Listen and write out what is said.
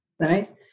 right